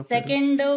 Second